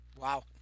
wow